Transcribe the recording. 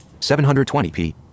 720p